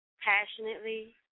passionately